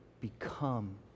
become